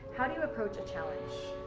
how do you approach a challenge?